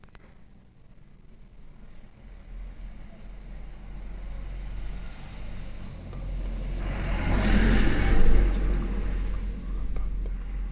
आत्ताच त्या चलनांना दाखल करण्याविषयी चिंता करू नका